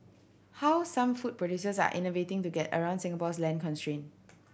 how some food producers are innovating to get around Singapore's land constraint